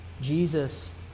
Jesus